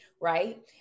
right